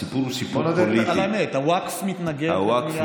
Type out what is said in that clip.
הסיפור הוא סיפור פוליטי: הווקף מתנגד.